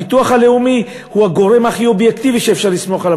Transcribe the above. הביטוח הלאומי הוא הגורם הכי אובייקטיבי שאפשר לסמוך עליו.